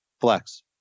Flex